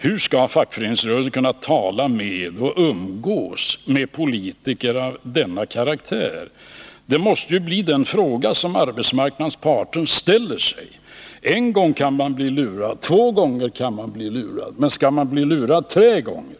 Hur skall fackföreningsrörelsen kunna tala med och umgås med politiker av denna karaktär? Det måste bli den fråga som arbetsmarknadens parter ställer sig. En gång kan man bli lurad, två gånger kan man bli lurad, men skall man bli lurad tre gånger?